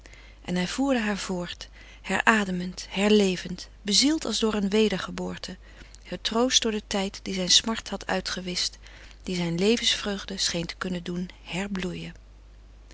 en hij voerde haar voort herademend herlevend bezield als door een wedergeboorte getroost door den tijd die zijn smart had uitgewischt die zijn levensvreugde scheen te kunnen doen herbloeien